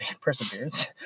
perseverance